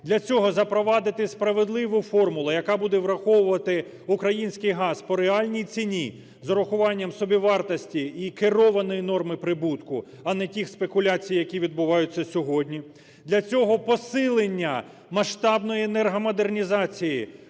Для цього запровадити справедливу формулу, яка буде враховувати український газ по реальній ціні з урахуванням собівартості і керованої норми прибутку, а не тих спекуляцій, які відбуваються сьогодні. Для цього – посилення масштабної енергомодернізації